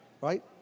right